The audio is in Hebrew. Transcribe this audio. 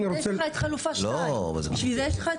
יש לך את חלופה 2. בשביל זה יש לך את